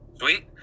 sweet